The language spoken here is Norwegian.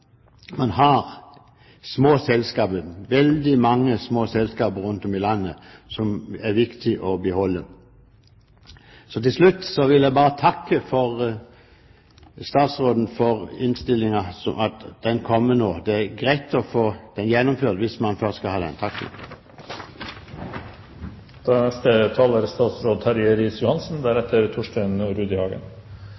man har veldig mange små selskaper rundt om i landet som det er viktig å beholde. Til slutt vil jeg bare takke statsråden for at forskriften kommer nå. Det er greit å få den gjennomført hvis man først skal ha den.